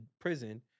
prison